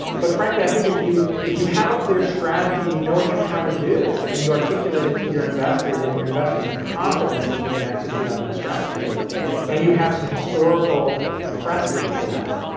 but frankly, i think if you if you have a clear strategy and you know what you're trying to do and you articulate it to your investors and your investors have confidence that you can execute on that strategy and you have some historical precedent for that,